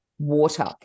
water